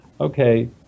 okay